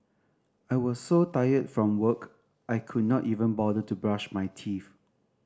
I was so tired from work I could not even bother to brush my teeth